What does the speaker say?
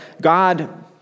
God